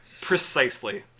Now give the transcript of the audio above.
Precisely